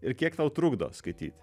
ir kiek tau trukdo skaityt